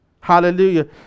hallelujah